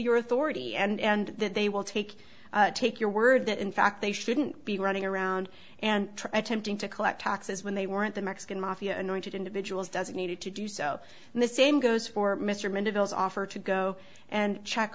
your authority and that they will take take your word that in fact they shouldn't be running around and try tempting to collect taxes when they were at the mexican mafia anointed individuals designated to do so and the same goes for mr mandeville's offer to go and check